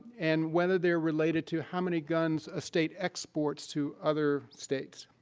and whether they're related to how many guns a state exports to other states.